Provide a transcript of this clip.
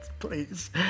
Please